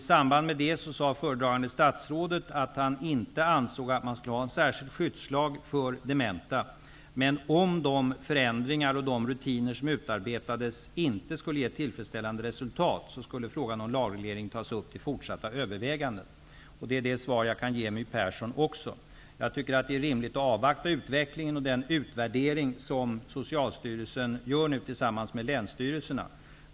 I samband därmed sade föredragande statsrådet att han inte ansåg att man skulle införa en särskild skyddslag för dementa, men om de förändringar och rutiner som utarbetades inte skulle ge tillfredsställande resultat, skulle frågan om lagreglering tas upp vid fortsatta överväganden. Det är det svar som jag också kan ge My Persson. Jag tycker att det är rimligt att avvakta utvecklingen och den utvärdering som Socialstyrelsen gör tillsammans med länsstyrelserna.